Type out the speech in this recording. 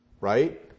Right